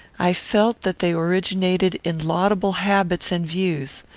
i felt that they originated in laudable habits and views.